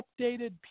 updated